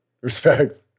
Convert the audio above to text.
respect